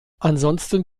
ansonsten